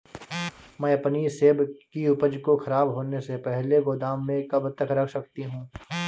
मैं अपनी सेब की उपज को ख़राब होने से पहले गोदाम में कब तक रख सकती हूँ?